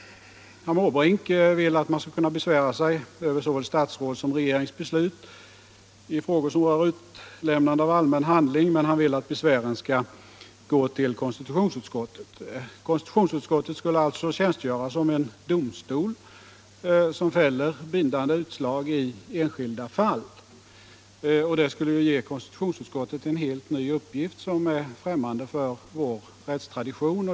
Herr Måbrink vill att man skall kunna besvära sig över såväl statsrådssom regeringsbeslut i frågor som rör utlämnande av allmän handling. Men han vill att besvären skall gå till konstitutionsutskottet. Konstitutionsutskottet skulle således tjänstgöra som en domstol, som fäller bindande utslag i enskilda fall. Det skulle ge konstitutionsutskottet en helt ny uppgift, som är frimmande för vår rättstradition.